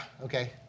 okay